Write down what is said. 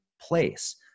place